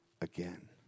again